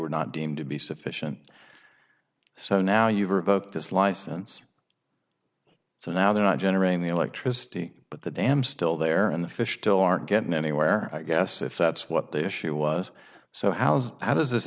were not deemed to be sufficient so now you've revoked his license so now they're not generating the electricity but the dam still there and the fish still aren't getting anywhere i guess if that's what the issue was so how's how does this